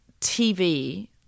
TV